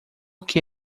que